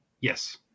Yes